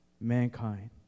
mankind